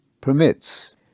permits